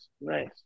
nice